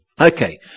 Okay